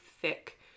thick